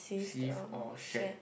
received or shared